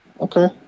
Okay